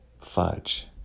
fudge